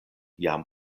jam